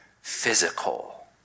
physical